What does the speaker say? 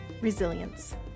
Resilience